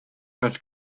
but